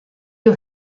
you